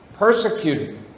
Persecuted